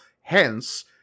Hence